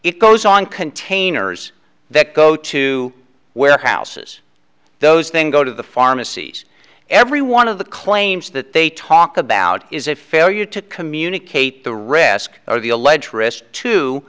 it goes on containers that go to warehouses those then go to the pharmacies every one of the claims that they talk about is a failure to communicate the risk